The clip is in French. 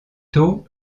tôt